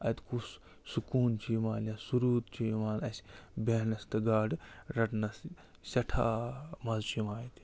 اَتہِ کُس سُکوٗن چھِ یِوان یا سُروٗپ چھِ یِوان اَسہِ بیٚہنَس تہٕ گاڈٕ رَٹنَس سٮ۪ٹھاہ مَزٕ چھِ یِوان اَتہِ